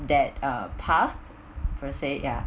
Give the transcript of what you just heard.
that uh path per se ya